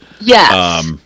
Yes